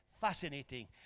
Fascinating